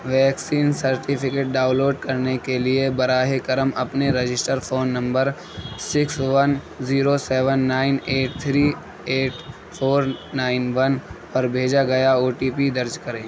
vaccine certificate download کرنے کے لیے براہ کرم اپنے register phone number six one zero seven nine eight three eight four nine one پر بھیجا گیا او ٹی پی درج کریں